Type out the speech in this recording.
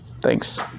Thanks